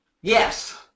Yes